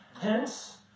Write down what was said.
Hence